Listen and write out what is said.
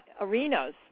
arenas